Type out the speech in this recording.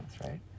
right